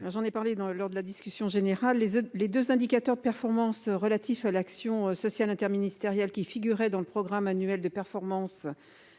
là j'en ai parlé dans le lors de la discussion générale et les deux indicateurs de performance relatifs à l'action sociale interministérielle qui figurait dans le programme annuel de performance